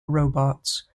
robots